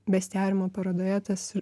bestiariumo parodoje tas